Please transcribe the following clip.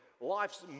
life's